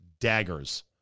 daggers